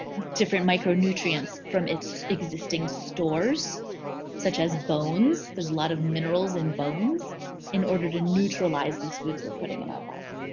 different micronutrients from its existing stores such as bones. there's a lot of minerals in bones in order to neutralize these foods we're putting in our body.